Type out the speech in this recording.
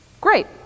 great